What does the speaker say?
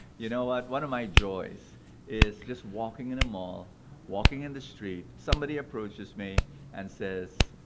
you know what? one of my joys is just walking in a mall walking, in the street, somebody approaches me and says,